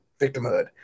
victimhood